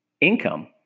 income